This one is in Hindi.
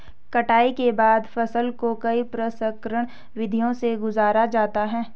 कटाई के बाद फसल को कई प्रसंस्करण विधियों से गुजारा जाता है